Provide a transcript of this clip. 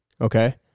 Okay